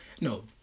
no